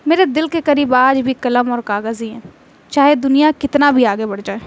میرے دل کے قریب آج بھی قلم اور کاغذ ہی ہیں چاہے دنیا کتنا بھی آگے بڑھ جائے